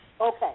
Okay